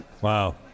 Wow